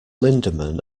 linderman